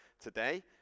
today